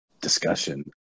discussion